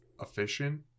efficient